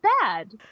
bad